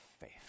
faith